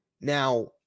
Now